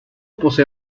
posee